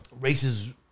races